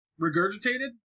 regurgitated